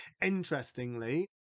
Interestingly